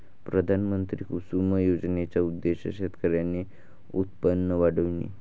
पंतप्रधान कुसुम योजनेचा उद्देश शेतकऱ्यांचे उत्पन्न वाढविणे